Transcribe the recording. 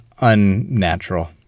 unnatural